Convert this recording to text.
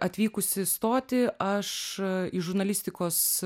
atvykusi stoti aš į žurnalistikos